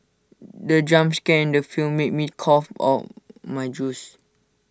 the jump scare in the film made me cough out my juice